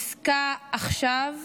עסקה עכשיו,